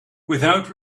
without